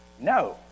No